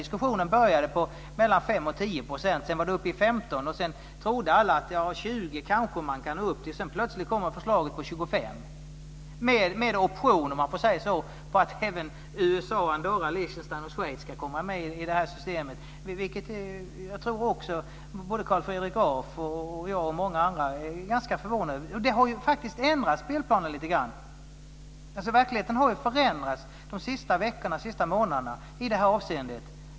Diskussionen började på 5-10 %, sedan var den uppe i 15 %, sedan trodde alla att det skulle vara 20 %, och sedan kom plötsligt förslaget 25 %- med option på att även USA, Andorra, Liechtenstein och Schweiz ska komma med i systemet. Jag tror att både Carl Fredrik Graf, jag och många andra är förvånade. Det här har ändrat spelplanen lite grann. Verkligheten har förändrats de senaste månaderna.